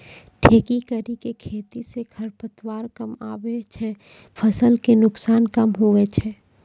ठेकी करी के खेती से खरपतवार कमआबे छै फसल के नुकसान कम हुवै छै